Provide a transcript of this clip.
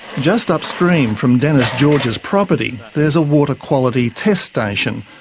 just upstream from denis george's property there's a water quality test station,